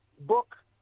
Book